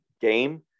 game